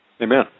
Amen